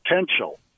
potential